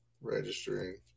registering